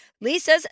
lisa's